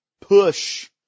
push